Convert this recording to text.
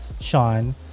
sean